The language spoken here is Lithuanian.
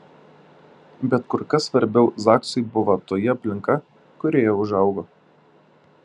bet kur kas svarbiau zaksui buvo toji aplinka kurioje užaugo